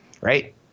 right